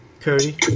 Cody